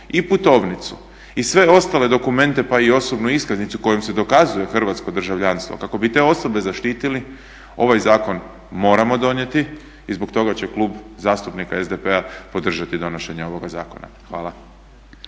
i putovnicu i sve ostale dokumente pa i osobnu iskaznicu kojom se dokazuje hrvatsko državljanstvo kako bi te osobe zaštitili, ovaj zakon moramo donijeti i zbog toga će Klub zastupnika SDP-a podržati donošenje ovoga zakona. Hvala.